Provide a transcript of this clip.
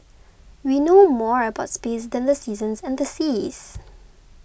we know more about space than the seasons and the seas